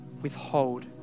withhold